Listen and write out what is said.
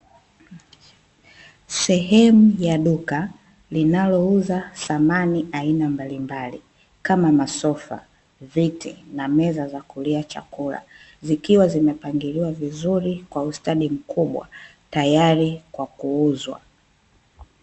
Sehemu ya duka linalouza samani aina mbalimbali, kama masofa, viti, na meza za kulia chakula, zikiwa zimepangiliwa vizuri kwa ustadi mkubwa tayari kwa kuuzwa.